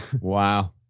wow